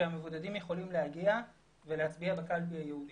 שהמבודדים יכולים להגיע ולהצביע בקלפי הייעודית הזאת.